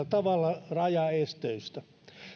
konkreettisella tavalla rajaesteistä